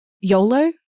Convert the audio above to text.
YOLO